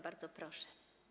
Bardzo proszę.